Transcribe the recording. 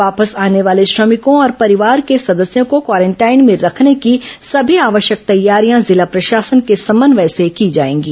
वापस आने वाले श्रमिकों और परिवार के सदस्यों को क्वारेंटाइन में रखने की सभी आवश्यक तैयारियां जिला प्रशासन के समन्वय से की जाएंगी